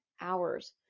hours